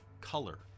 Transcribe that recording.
color